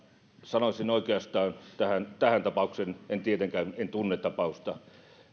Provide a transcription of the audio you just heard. sanoisin oikeastaan tähän tähän tapaukseen en tietenkään tunne tapausta